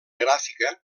gràfica